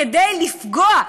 כדי לפגוע,